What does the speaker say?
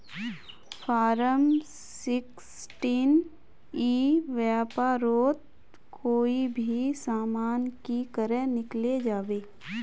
Form sixteen ई व्यापारोत कोई भी सामान की करे किनले जाबे?